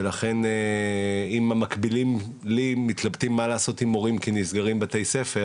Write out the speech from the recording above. ולכן אם המקבילים לי מתלבטים מה לעשות עם מורים כי נסגרים בתי ספר,